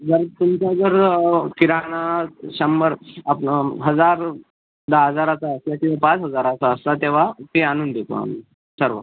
जर तुमचा जर किराणा शंभर आपलं हजार दहा हजाराचा असला किंवा पाच हजाराचा असला तेव्हा ते आणून देतो आम्ही सर्व